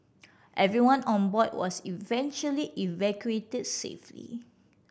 everyone on board was eventually evacuated safely